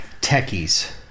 techies